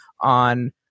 on